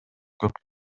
көп